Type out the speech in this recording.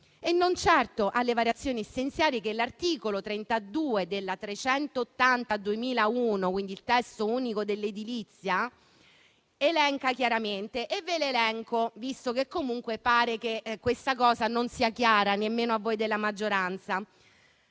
e non certo alle variazioni essenziali che l'articolo 32 della legge n. 380 del 2001, il testo unico dell'edilizia, elenca chiaramente. Faccio l'elenco visto che comunque pare che questo punto non sia chiaro nemmeno a voi della maggioranza.